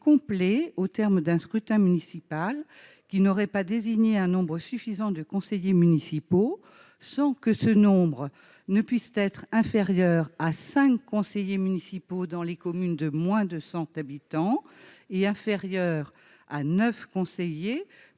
complet au terme d'un scrutin municipal qui n'aurait pas désigner un nombre suffisant de conseillers municipaux, sans que ce nombre ne puissent être inférieure à 5 conseillers municipaux dans les communes de moins de 100 habitants est inférieur à 9 conseillers